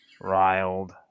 riled